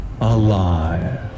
alive